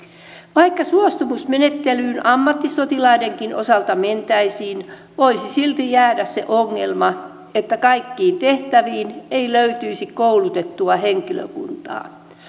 vaikka suostumusmenettelyyn ammattisotilaidenkin osalta mentäisiin voisi silti jäädä se ongelma että kaikkiin tehtäviin ei löytyisi koulutettua henkilökuntaa